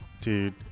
dude